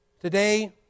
Today